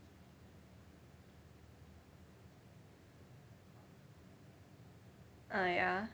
uh ya